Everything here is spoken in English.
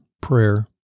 prayer